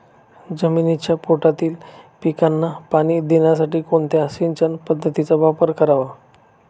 जमिनीच्या पोटातील पिकांना पाणी देण्यासाठी कोणत्या सिंचन पद्धतीचा वापर करावा?